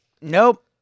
nope